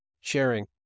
sharing